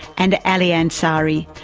and ali ansari,